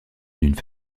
d’une